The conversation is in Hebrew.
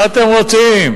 מה אתם רוצים?